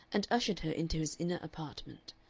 and ushered her into his inner apartment.